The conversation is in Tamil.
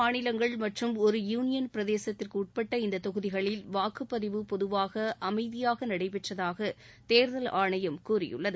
மாநிலங்கள் மற்றும் ஒரு யூளியன் பிரதேசத்திற்கு உட்பட இந்த தொகுதிகளில் வாக்குப்பதிவு பொதுவாக அமைதியாக நடைபெற்றதாக தேர்தல் ஆணையம் கூறியுள்ளது